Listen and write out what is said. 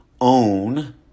own